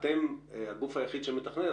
אתם הגוף היחיד שמתכנן,